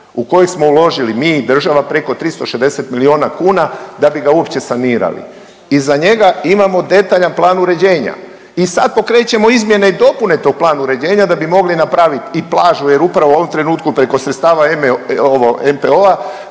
u koji smo uložili mi i država preko 360 milijuna kuna da bi ga uopće sanirali. I za njega imamo detaljan plan uređenja i sad pokrećemo izmjene i dopune tog plana uređenja da bi mogli napravit i plažu jer upravo u ovom trenutku preko sredstava NPOO-a